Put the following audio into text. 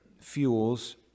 fuels